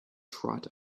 trot